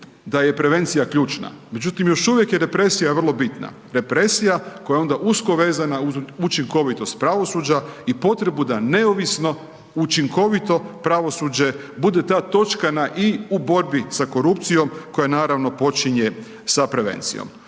da je prevencija ključna međutim još uvijek depresija vrlo bitna. Depresija koja je onda usko vezana uz učinkovitost pravosuđa i potrebu da neovisno, učinkovito pravosuđe bude ta točka na i u borbi sa korupcijom koja naravno počinje sa prevencijom.